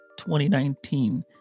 2019